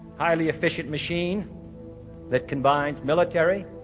highly efficient machine that combines military,